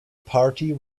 party